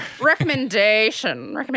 Recommendation